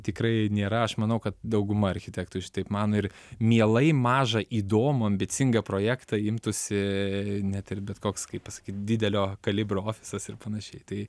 tikrai nėra aš manau kad dauguma architektų šitaip mano ir mielai mažą įdomų ambicingą projektą imtųsi net ir bet koks kaip pasakyt didelio kalibro ofisas ir panašiai tai